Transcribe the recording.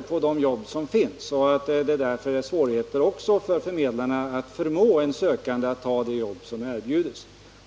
på de jobb som finns. Därför har förmedlarna också svårigheter att förmå en sökande att ta det jobb som erbjuds.